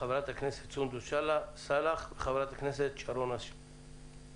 חברת הכנסת סונדוס סאלח וחברת הכנסת שרן השכל.